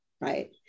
right